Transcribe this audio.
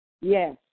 yes